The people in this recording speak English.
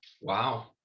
Wow